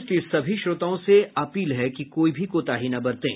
इसलिए सभी श्रोताओं से अपील है कि कोई भी कोताही न बरतें